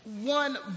one